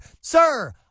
Sir